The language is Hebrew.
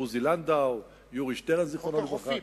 עוזי לנדאו, יורי שטרן ז"ל, חוק החופים.